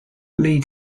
lead